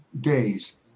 days